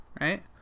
right